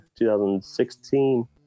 2016